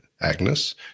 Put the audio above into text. Agnes